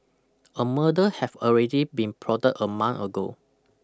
a murder have already been plotted a month ago